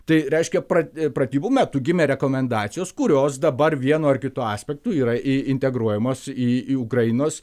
tai reiškia pra pratybų metu gimė rekomendacijos kurios dabar vienu ar kitu aspektu yra į integruojamos į į į ukrainos